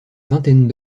vingtaine